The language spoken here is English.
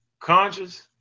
Conscious